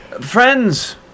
Friends